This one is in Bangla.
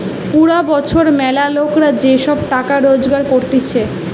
পুরা বছর ম্যালা লোকরা যে সব টাকা রোজগার করতিছে